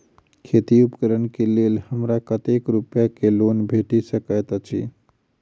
खेती उपकरण केँ लेल हमरा कतेक रूपया केँ लोन भेटि सकैत अछि?